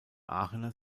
aachener